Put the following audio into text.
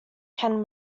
can